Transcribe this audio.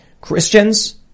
Christians